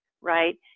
right